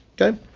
okay